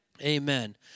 Amen